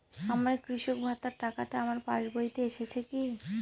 আমার কৃষক ভাতার টাকাটা আমার পাসবইতে এসেছে কি?